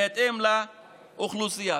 בהתאם לאוכלוסייה.